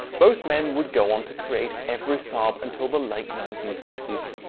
both men would go on to create every saab until the late nineteen sixty s.